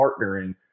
partnering